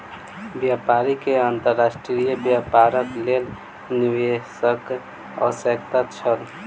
व्यापारी के अंतर्राष्ट्रीय व्यापारक लेल निवेशकक आवश्यकता छल